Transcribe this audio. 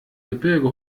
gebirge